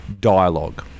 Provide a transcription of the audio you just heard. dialogue